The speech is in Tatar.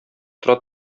тора